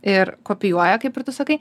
ir kopijuoja kaip ir tu sakai